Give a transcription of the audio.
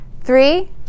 Three